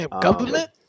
Government